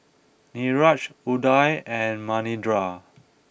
Niraj Udai and Manindra